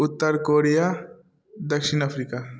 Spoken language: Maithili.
उत्तर कोरिया दक्षिण अफ्रीका